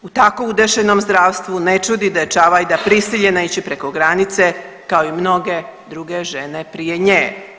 U tako udešenom zdravstvu ne čudi da je Čavajda prisiljena ići preko granice kao i mnoge druge žene prije nje.